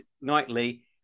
nightly